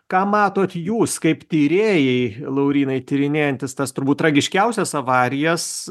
ką matot jūs kaip tyrėjai laurynai tyrinėjantys tas turbūt tragiškiausias avarijas